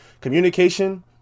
communication